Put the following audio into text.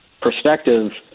perspective